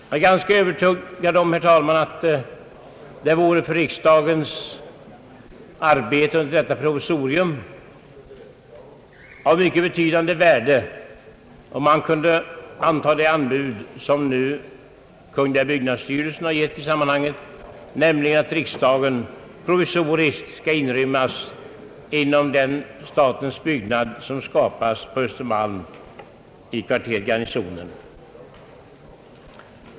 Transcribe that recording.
Jag är ganska övertygad om, herr talman, att det vore av mycket betydande värde för riksdagens arbete under detta provisorium om man kunde anta det anbud som kungl. byggnadsstyrel sen gett i sammanhanget, nämligen att riksdagen provisoriskt skall inrymmas i den statens byggnad som skapas på Östermalm i kvarteret Garnisonen.